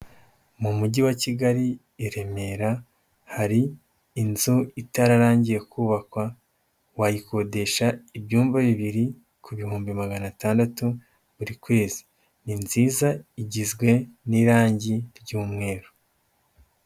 Mu mujyi wa Kigali i Remera hari inzu itararangiye kubakwa, wayikodesha ibyumba bibiri ku bihumbi magana atandatu buri kwezi, ni nziza, igizwe n'irangi ry'mweru.